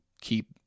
keep